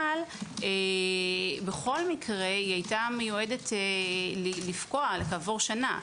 אבל בכל מקרה היא הייתה מיועדת לפקוע כעבור שנה.